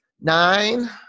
nine